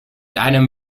einem